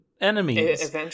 enemies